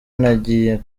nagiye